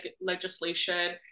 legislation